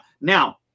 Now